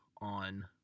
on